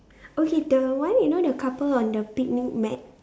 okay the one you know the couple on the picnic mat